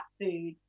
food